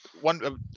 one